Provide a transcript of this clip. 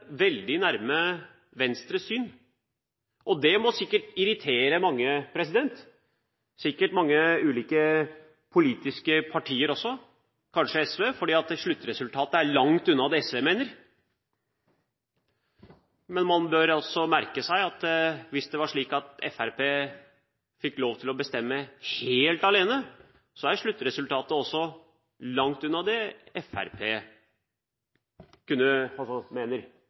veldig nærme Venstres syn. Det må sikkert irritere mange – sikkert mange ulike politiske partier også, kanskje SV, fordi sluttresultatet er langt unna det SV mener. Men man bør også merke seg at hvis det var slik at Fremskrittspartiet fikk lov til å bestemme helt alene, er sluttresultatet også langt unna det Fremskrittspartiet mener.